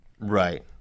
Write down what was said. Right